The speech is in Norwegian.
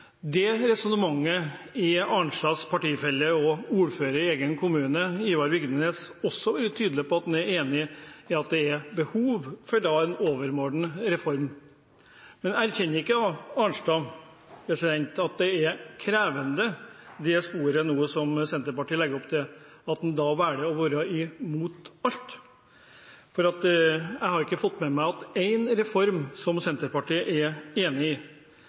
Det resonnementet, som også Arnstads partifelle og ordfører i hennes egen kommune, Ivar Vigdenes, er tydelig på at han er enig i, er at det er behov for en overordnet reform. Erkjenner ikke Arnstad at det er et krevende spor som Senterpartiet nå legger opp til, når en velger å være imot alt? For jeg har ikke fått med meg at det er én reform som Senterpartiet er enig i.